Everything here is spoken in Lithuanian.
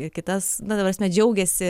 ir kitas na ta prasme džiaugiasi